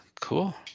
cool